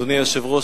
אדוני היושב-ראש,